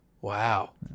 Wow